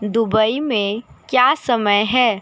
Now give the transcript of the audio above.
Dubai में क्या समय है